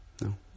No